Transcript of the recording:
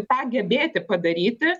tą gebėti padaryti